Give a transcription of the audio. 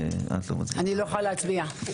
אני לא יכולה להצביע.